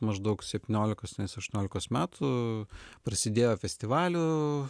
maždaug septyniolikos aštuoniolikos metų prasidėjo festivalių